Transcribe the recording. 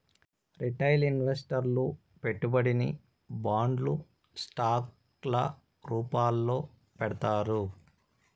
retail ఇన్వెస్టర్లు పెట్టుబడిని బాండ్లు స్టాక్ ల రూపాల్లో పెడతారు